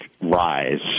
rise